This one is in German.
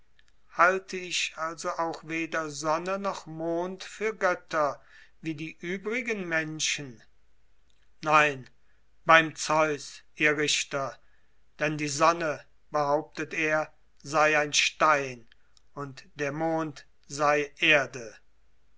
halte ich also auch weder sonne noch mond für götter wie die übrigen menschen nein beim zeus ihr richter denn die sonne behauptet er sei ein stein und der mond sei erde